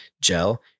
gel